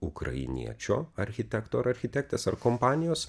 ukrainiečio architekto ar architektės ar kompanijos